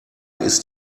ist